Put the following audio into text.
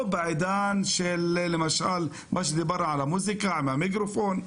או בעידן כפי שדיברנו על המוסיקה, על המיקרופון.